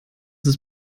ist